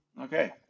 Okay